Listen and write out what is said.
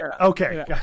Okay